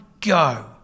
go